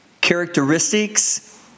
characteristics